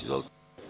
Izvolite.